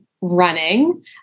running